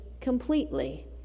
completely